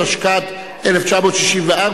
התשכ"ד 1964,